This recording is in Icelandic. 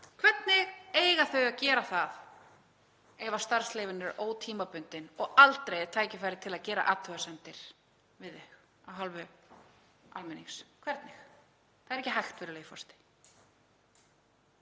Hvernig á almenningur að gera það ef starfsleyfin eru ótímabundin og aldrei er tækifæri til að gera athugasemdir við þau af hálfu almennings? Hvernig? Það er ekki hægt, virðulegi forseti.